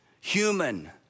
human